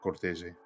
Cortese